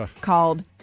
called